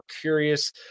curious